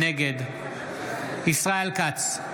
נגד ישראל כץ,